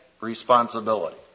responsibility